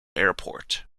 airport